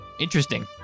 Interesting